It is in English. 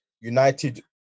United